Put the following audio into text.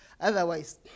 Otherwise